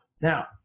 Now